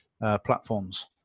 platforms